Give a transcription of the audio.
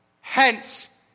Hence